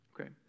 Okay